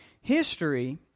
History